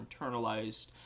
internalized